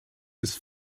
his